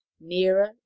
nearer